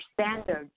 standards